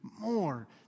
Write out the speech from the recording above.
more